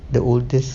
the oldest